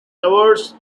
awards